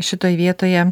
šitoj vietoje